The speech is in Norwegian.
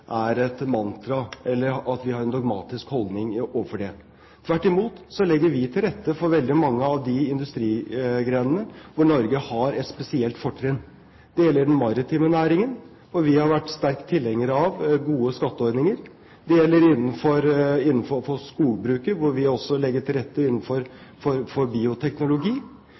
er et mantra, eller at vi har en dogmatisk holdning til det. Tvert imot legger vi til rette for veldig mange av de industrigrenene hvor Norge har et spesielt fortrinn. Det gjelder den maritime næringen, hvor vi har vært sterk tilhenger av gode skatteordninger, det gjelder innenfor skogbruket, hvor vi også legger til rette innenfor bioteknologi. Jeg tror vi må være opptatt av å skape gode rammebetingelser for